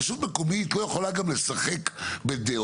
רשות מקומית לא יכולה גם לשחק בדעותיה.